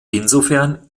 insofern